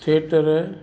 theater